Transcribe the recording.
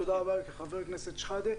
תודה רבה לך, חבר הכנסת שחאדה.